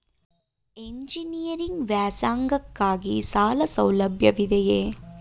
Engineering ವ್ಯಾಸಂಗಕ್ಕಾಗಿ ಸಾಲ ಸೌಲಭ್ಯವಿದೆಯೇ?